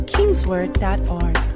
Kingsword.org